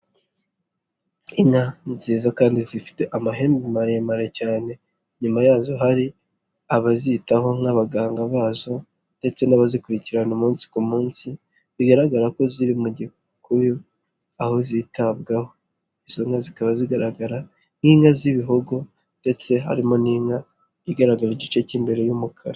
Inka nziza kandi zifite amahembe maremare cyane. Inyuma yazo hari abazitaho nk'abaganga bazo ndetse n'abazikurikirana umunsi ku munsi. Bigaragara ko ziri mu gikuyu aho zitabwaho. Izo nka zikaba zigaragara nk'inka z'ibihogo ndetse harimo n'inka igaragara igice k'imbere y'umukara.